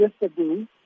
yesterday